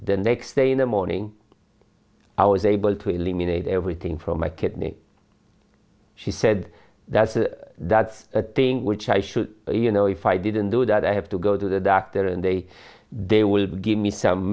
next day in the morning hours able to eliminate everything from my kidney she said that's it that's the thing which i should you know if i didn't do that i have to go to the doctor and they they will give me some